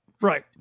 right